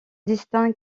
distingue